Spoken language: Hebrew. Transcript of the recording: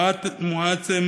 מועתסם